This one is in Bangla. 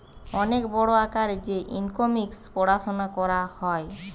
অনেক বড় আকারে যে ইকোনোমিক্স পড়াশুনা করা হয়